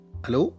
Hello